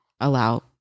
allow